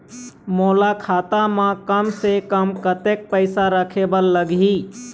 मोला खाता म कम से कम कतेक पैसा रखे बर लगही?